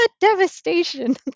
Devastation